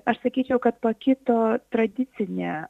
aš sakyčiau kad pakito tradicinė